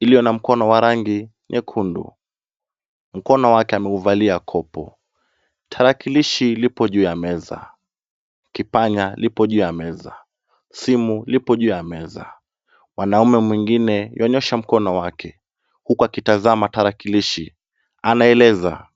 iliyo na mkono wa rangi nyekundu. Mkono wake ameuvalia kopo. Tarakilishi lipo juu ya meza. Kipanya lipo juu ya meza. Simu lipo juu ya meza. Mwanaume mwingine yuanyosha mkono wake huku akitazama tarakilishi anaeleza.